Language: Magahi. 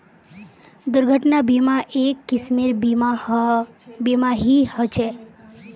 दुर्घटना बीमा, एक किस्मेर बीमा ही ह छे